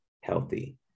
healthy